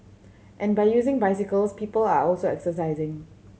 and by using bicycles people are also exercising